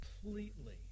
completely